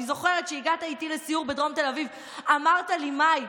אני זוכרת שהגעת איתי לסיור בדרום תל אביב ואמרת לי: מאי,